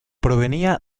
provenía